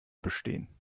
bestehen